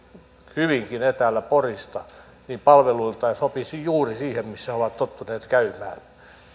hyvinkin etäällä porista palveluiltaan sopisi juuri siihen missä ovat tottuneet käymään